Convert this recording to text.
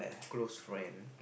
close friend